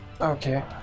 Okay